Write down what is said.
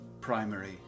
primary